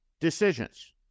decisions